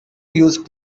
use